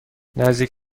نزدیک